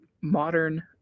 modern